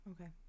Okay